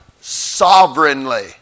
sovereignly